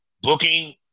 booking